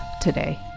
today